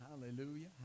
hallelujah